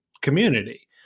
community